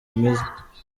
imeze